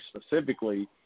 specifically